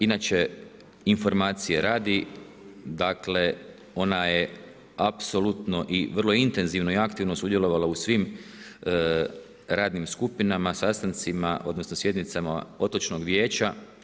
Inače informacije radi, dakle ona je apsolutno i vrlo intenzivno i aktivno sudjelovala su svim radnim skupinama, sastancima odnosno sjednicama otočnog vijeća.